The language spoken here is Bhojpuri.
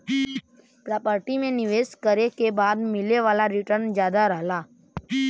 प्रॉपर्टी में निवेश करे के बाद मिले वाला रीटर्न जादा रहला